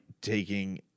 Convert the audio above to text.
taking